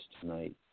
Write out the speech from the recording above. tonight